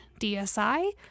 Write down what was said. DSI